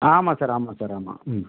ஆமாம் சார் ஆமாம் சார் ஆமாம் ம்